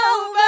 over